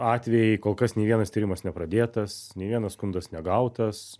atvejai kol kas nei vienas tyrimas nepradėtas nei vienas skundas negautas